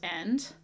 End